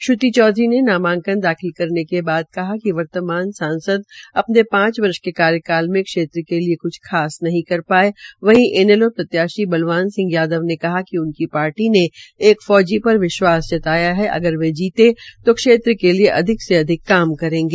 श्रृति चौधरी ने नामंकान दाखिल करने के बाद कहा कि वर्तमान सांसद अपने पांच वर्ष के कार्यकाल में क्षेत्र के लिये क्छ खास नहीं कर पाये वहीं इनैलो प्रत्याशी बलवान सिंह ने एक फौजी पर विश्वास जताया है अगर वे जीते तो क्षेत्र के लिये अधिक से अधिक काम करेंगे